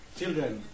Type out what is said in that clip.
children